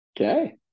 Okay